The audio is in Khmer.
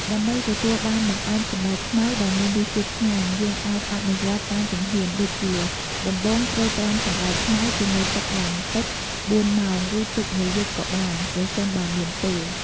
ដើម្បីទទួលបានបង្អែមសណ្ដែកខ្មៅដែលមានរសជាតិឆ្ងាញ់ យើងអាចអនុវត្តតាមជំហានដូចជា ដំបូងត្រូវត្រាំសណ្តែកខ្មៅជាមួយទឹកយ៉ាងតិច ៤ ម៉ោង ឬទុកមួយយប់ក៏បាន ប្រសិនបើមានពេល។